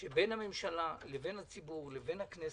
שבין הממשלה לציבור לכנסת,